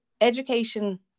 education